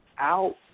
out